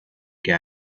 què